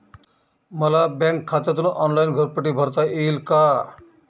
मला बँक खात्यातून ऑनलाइन घरपट्टी भरता येईल का?